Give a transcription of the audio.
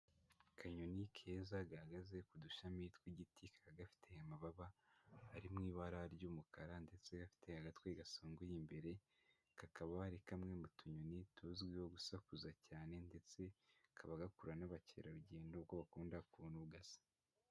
Akanyoni keza gahagaze k'udushami tw'igiti kakaba gafite amababa ari mu ibara ry'umukara, ndetse gafite agatwe gasongoye imbere, kakaba ari kamwe mu tunyoni tuzwiho gusakuza cyane ndetse kakaba gakurura n'abakerarugendo, kuko bakunda ukuntu gasa.